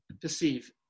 perceive